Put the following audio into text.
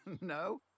No